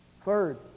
Third